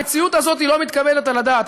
המציאות הזאת לא מתקבלת על הדעת.